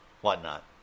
whatnot